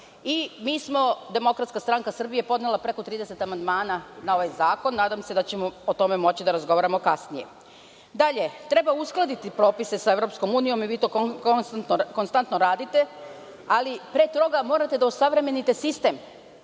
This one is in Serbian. i mi smo, DSS, podneli preko 30 amandmana na ovaj zakon, nadam se da ćemo o tome moći da razgovaramo kasnije. Dalje, treba uskladiti propise sa EU i vi to konstantno radite, ali pre toga morate da osavremenite sistem.